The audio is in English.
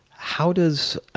how does